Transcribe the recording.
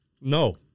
No